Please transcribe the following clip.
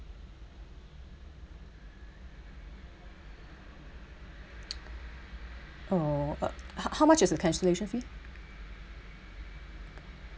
oh but h~ how much is the cancellation fee